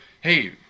Hey